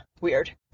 Weird